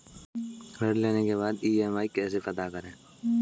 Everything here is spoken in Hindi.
ऋण लेने के बाद अपनी ई.एम.आई कैसे पता करें?